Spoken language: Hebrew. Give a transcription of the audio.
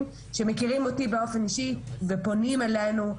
שמכירים אותי באופן אישי ופונים אלינו,